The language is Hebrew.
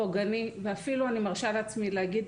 פוגעני ואפילו אני מרשה לעצמי להגיד,